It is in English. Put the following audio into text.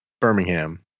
Birmingham